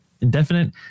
indefinite